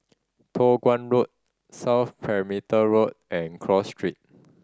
Toh Guan Road South Perimeter Road and Cross Street